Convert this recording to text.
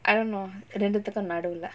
I don't know ரெண்டதுக்கு நடுவுல:rendathukku naduvula